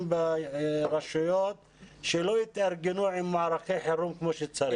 ברשויות שלא התארגנו מערכי חירום כמו שצריך?